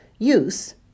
use